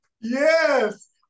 Yes